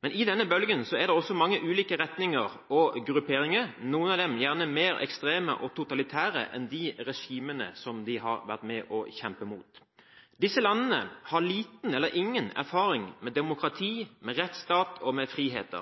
I denne bølgen er det mange ulike retninger og grupperinger, noen av dem gjerne mer ekstreme og totalitære enn de regimene de har vært med på å kjempe imot. Disse landene har liten eller ingen erfaring med demokrati, med rettsstat og med frihet.